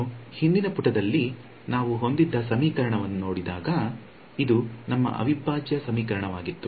ನಾನು ಹಿಂದಿನ ಪುಟದಲ್ಲಿ ನಾವು ಹೊಂದಿದ್ದ ಸಮೀಕರಣವನ್ನು ನೋಡಿದಾಗ ಇದು ನಮ್ಮ ಅವಿಭಾಜ್ಯ ಸಮೀಕರಣವಾಗಿತ್ತು